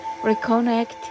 Reconnect